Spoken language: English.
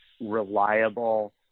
reliable